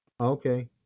Okay